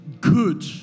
good